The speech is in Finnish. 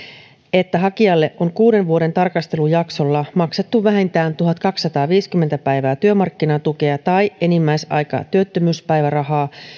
että hakijalle on kuuden vuoden tarkastelujaksolla maksettu vähintään tuhatkaksisataaviisikymmentä päivää työmarkkinatukea tai enimmäisaika työttömyyspäivärahaa